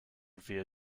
via